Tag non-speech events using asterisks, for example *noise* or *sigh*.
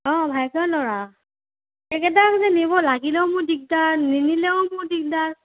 অঁ *unintelligible* ল'ৰা এইকেইটাক যে নিব লাগিলেও মোৰ দিগদাৰ নিনিলেও মোৰ দিগদাৰ